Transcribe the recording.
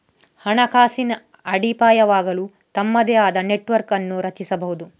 ಹಣಕಾಸಿನ ಅಡಿಪಾಯವಾಗಲು ತಮ್ಮದೇ ಆದ ನೆಟ್ವರ್ಕ್ ಅನ್ನು ರಚಿಸಬಹುದು